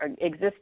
exist